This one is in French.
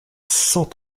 cent